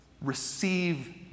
Receive